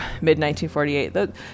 mid-1948